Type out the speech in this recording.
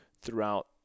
throughout